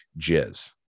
jizz